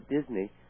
Disney